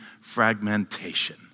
fragmentation